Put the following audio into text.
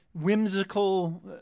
whimsical